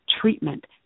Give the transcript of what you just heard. treatment